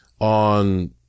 on